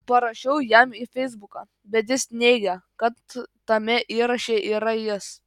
parašiau jam į feisbuką bet jis neigė kad tame įraše yra jis